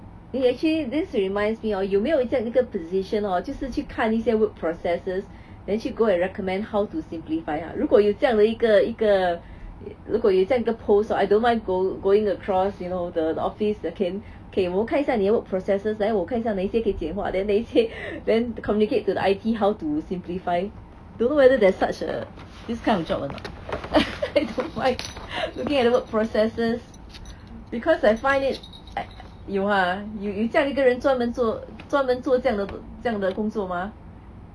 eh actually this reminds me orh 有没有这样一个 position hor 就是去看一些 work processes then 去 go and recommend how to simplify !huh! 如果有这样的一个一个如果有这样一个 post I don't mind go going across you know the office the can K 我看一下你的 work processes 来我看一下哪一些可以简化 then 哪一些 then communicate to the I_T how to simplify don't know whether there's such a this kind of job or not I don't mind looking at the work processes because I find it I I 有 !huh! 有有这样一个人专门做专门做这样的这样的工作吗